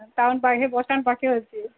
ତାହେଲେ bus stand ପାଖରେ ଅଛି